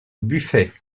buffet